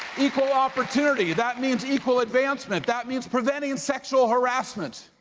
equal opportunity, that means equal advancement, that means preventing sexual harassment.